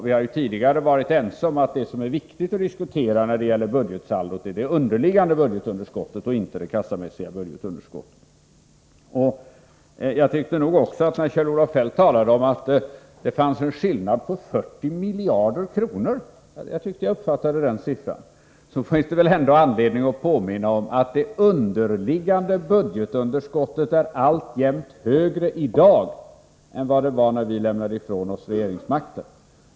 Vi har tidigare varit ense om att det som är viktigt att diskutera när det gäller budgetsaldot är det underliggande budgetunderskottet, inte det kassamässiga. Kjell-Olof Feldt talade om att det var en skillnad på 40 miljarder kronor, och det finns därför anledning att påminna om att det underliggande budgetunderskottet alltjämt är högre i dag än vad det var när vi lämnade ifrån oss regeringsmakten.